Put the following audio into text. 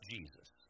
Jesus